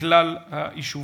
מכלל היישובים.